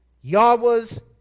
Yahweh's